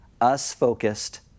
us-focused